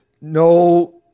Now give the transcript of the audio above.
no